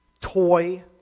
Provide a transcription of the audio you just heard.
toy